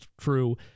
true